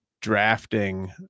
drafting